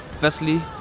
firstly